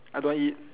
I don't want eat